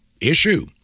issue